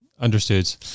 Understood